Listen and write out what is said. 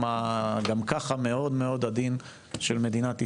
הגם ככה מאוד מאוד עדין של מדינת ישראל,